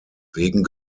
wegen